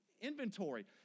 inventory